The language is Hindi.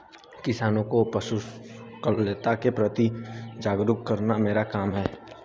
किसानों को पशुकल्याण के प्रति जागरूक करना मेरा काम है